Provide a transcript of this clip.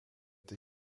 die